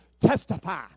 testify